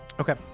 Okay